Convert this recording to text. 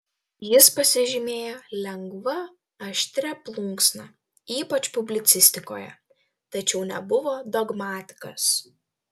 jis pasižymėjo lengva aštria plunksna ypač publicistikoje tačiau nebuvo dogmatikas